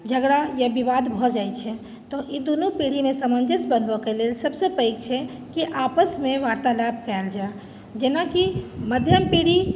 झगड़ा या विवाद भऽ जाइत छै तऽ ई दुनू पीढ़ीमे सामञ्जस्य बनबय के लेल सभसँ पैघ छै जे कि आपसमे वार्तालाप कयल जाय जेना कि मध्यम पीढ़ी